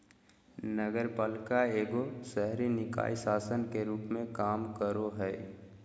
नगरपालिका एगो शहरी निकाय शासन के रूप मे काम करो हय